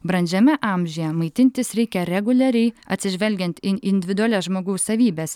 brandžiame amžiuje maitintis reikia reguliariai atsižvelgiant į individualias žmogaus savybes